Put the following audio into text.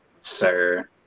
Sir